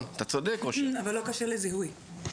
אבל לא קשה לזיהוי,